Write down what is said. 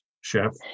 chef